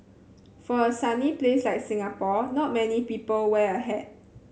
for a sunny place like Singapore not many people wear a hat